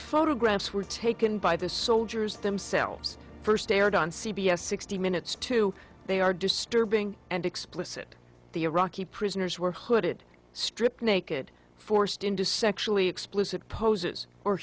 photographs were taken by the soldiers themselves first aired on c b s sixty minutes two they are disturbing and explicit the iraqi prisoners were hooded stripped naked forced into sexually explicit poses or